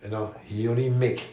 you know he only make